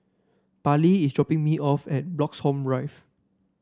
Parley is dropping me off at Bloxhome Rive